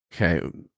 Okay